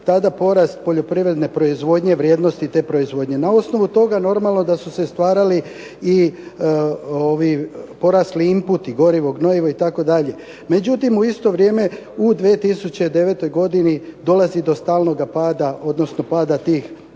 valjda porast poljoprivredne proizvodnje, vrijednosti te proizvodnje. Na osnovu toga normalno da su se stvarali i porasli inputi, gorivo, gnojivo itd. Međutim, u isto vrijeme u 2009. godini dolazi do stalnoga pada, odnosno pada tih